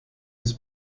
des